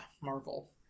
Marvel